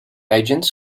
agents